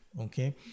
Okay